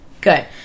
Good